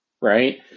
right